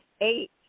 eight